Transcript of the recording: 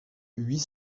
huit